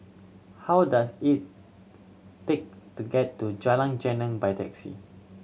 how does it take to get to Jalan Geneng by taxi